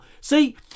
see